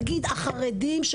נגיד החרדים,